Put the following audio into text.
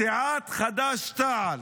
סיעת חד"ש-תע"ל,